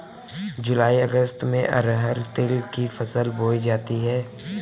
जूलाई अगस्त में अरहर तिल की फसल बोई जाती हैं